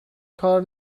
کار